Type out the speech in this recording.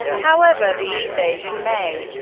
however, the east asian may,